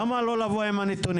למה לא לבוא עם הנתונים?